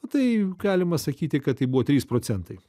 nu tai galima sakyti kad tai buvo trys procentai